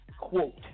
quote